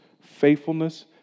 faithfulness